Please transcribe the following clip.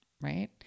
right